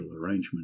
arrangement